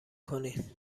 کنی